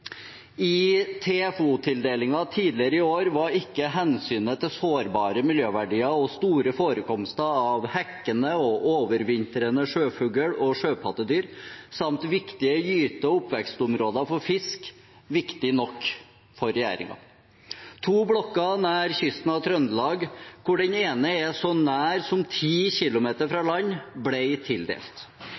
I TFO-tildelingen tidligere i år var ikke hensynet til sårbare miljøverdier og store forekomster av hekkende og overvintrende sjøfugl og sjøpattedyr samt viktige gyte- og oppvekstområder for fisk viktig nok for regjeringen. To blokker nær kysten av Trøndelag, den ene så nær som 10 km fra land, ble tildelt,